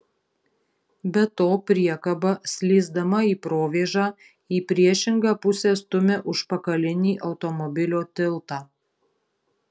be to priekaba slysdama į provėžą į priešingą pusę stumia užpakalinį automobilio tiltą